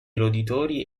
roditori